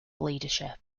leadership